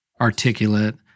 articulate